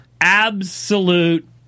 Absolute